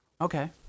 Okay